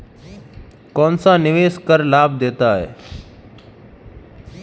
कौनसा निवेश कर लाभ देता है?